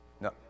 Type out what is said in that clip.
No